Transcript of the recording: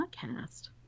podcast